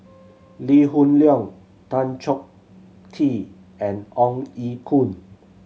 Lee Hoon Leong Tan Choh Tee and Ong Ye Kung